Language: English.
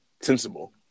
sensible